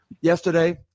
yesterday